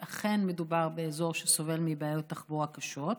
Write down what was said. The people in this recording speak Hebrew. ואכן מדובר באזור שסובל מבעיות תחבורה קשות,